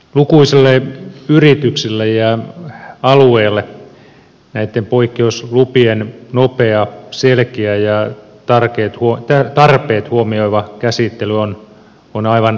lukuisille yrityksille ja alueille näitten poikkeuslupien nopea selkeä ja tarpeet huomioiva käsittely on aivan elintärkeää